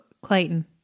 Clayton